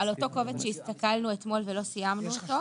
אותו קובץ שהסתכלנו אתמול ולא סיימנו אותו.